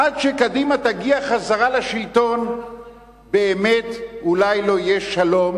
עד שקדימה תגיע בחזרה לשלטון באמת אולי לא יהיה שלום,